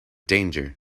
danger